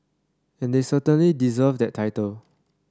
and they certainly deserve that title